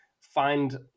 find